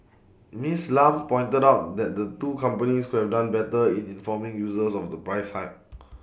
Ms Lam pointed out that the two companies could have done better in informing users of the price hike